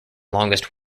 longest